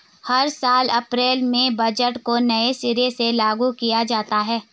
हर साल अप्रैल में बजट को नये सिरे से लागू किया जाता है